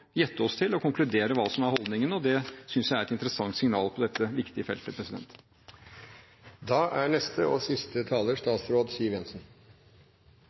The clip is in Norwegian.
oss til og konkludere hva som er holdningen. Det synes jeg er et interessant signal på dette viktige feltet.